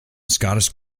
scottish